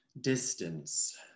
distance